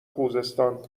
خوزستان